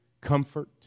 comfort